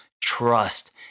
trust